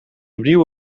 opnieuw